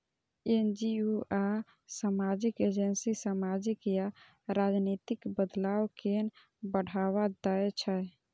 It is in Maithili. एन.जी.ओ आ सामाजिक एजेंसी सामाजिक या राजनीतिक बदलाव कें बढ़ावा दै छै